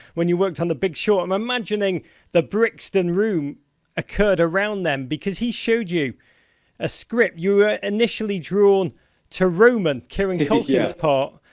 when you worked on the big short. i'm imagining the brixton room occurred around then, because he showed you a script. you were initially drawn to roman, kieran culkin's part.